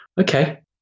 okay